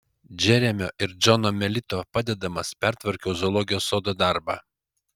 džeremio ir džono melito padedamas pertvarkiau zoologijos sodo darbą